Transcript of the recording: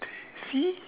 see